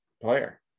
player